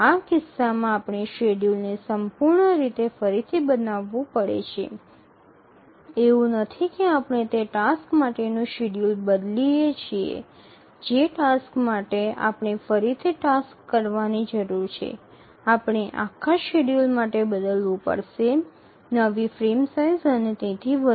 આ કિસ્સામાં આપણે શેડ્યૂલને સંપૂર્ણ રીતે ફરીથી બનાવવું પડે છે એવું નથી કે આપણે તે ટાસ્ક માટેનું શેડ્યૂલ બદલીએ છીએ જે ટાસ્ક માટે આપણે ફરીથી ટાસ્ક કરવાની જરૂર છે આપણે આખા શેડ્યૂલ માટે બદલવું પડશે નવી ફ્રેમ સાઇઝ અને તેથી વધુ